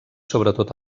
sobretot